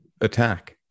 attack